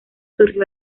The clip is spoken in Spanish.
surgió